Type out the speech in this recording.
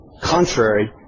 Contrary